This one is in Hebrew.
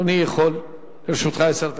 אדוני יכול, לרשותך עשר דקות.